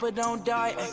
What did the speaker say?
but don't die